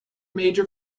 major